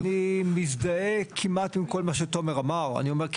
אומר כמעט עם הכול,